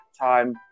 time